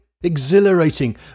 exhilarating